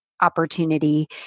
opportunity